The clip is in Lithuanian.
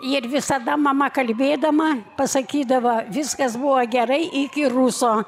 ir visada mama kalbėdama pasakydavo viskas buvo gerai iki ruso